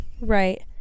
right